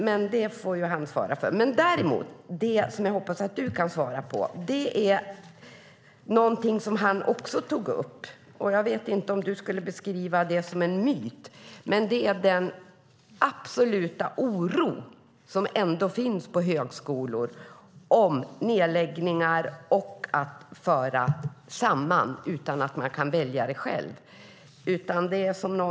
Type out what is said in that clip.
Men det får han svara för. Men sedan kommer jag till det som jag hoppas att du kan svara på. Det gäller någonting som han också tog upp. Jag vet inte om du skulle beskriva det som en myt, men det gäller den absoluta oro som finns på högskolor för nedläggningar och sammanslagningar utan att man kan välja det själv.